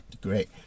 Great